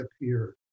appeared